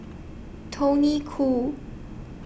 Tony Khoo